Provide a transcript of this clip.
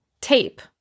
tape